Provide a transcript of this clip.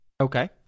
Okay